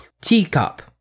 teacup